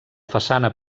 façana